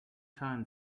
time